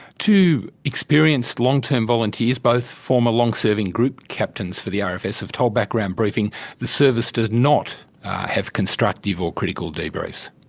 two experienced, long-term volunteers, both former long-serving group captains for the rfs, have told background briefing the service does not have constructive or critical debriefs.